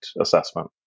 assessment